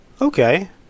Okay